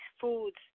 foods